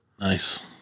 Nice